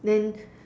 then